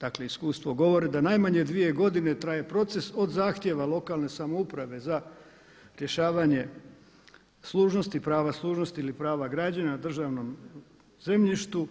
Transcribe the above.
Dakle iskustvo govori da najmanje dvije godine traje proces od zahtjeva lokalne samouprave za rješavanje služnosti, prava služnosti ili prava građana na državnom zemljištu